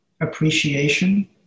appreciation